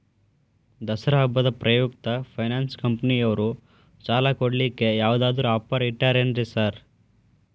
ದಸರಾ ಹಬ್ಬದ ಪ್ರಯುಕ್ತ ಫೈನಾನ್ಸ್ ಕಂಪನಿಯವ್ರು ಸಾಲ ಕೊಡ್ಲಿಕ್ಕೆ ಯಾವದಾದ್ರು ಆಫರ್ ಇಟ್ಟಾರೆನ್ರಿ ಸಾರ್?